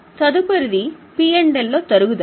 తదుపరిది P L లో తరుగుదల